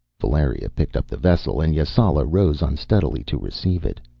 valeria picked up the vessel, and yasala rose unsteadily to receive it.